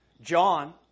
John